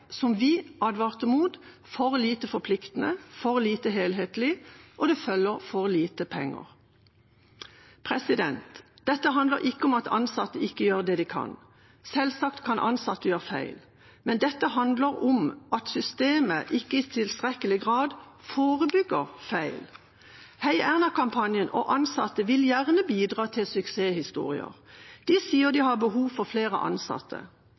som vi advarte mot, for lite forpliktende og for lite helhetlig, og det følger for lite penger med den. Dette handler ikke om at ansatte ikke gjør det de kan. Selvsagt kan ansatte gjøre feil, men dette handler om at systemet ikke i tilstrekkelig grad forebygger feil. Heierna-kampanjen og ansatte vil gjerne bidra til suksesshistorier. De sier de har behov for flere ansatte.